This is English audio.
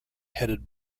headed